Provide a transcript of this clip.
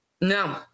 No